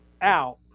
out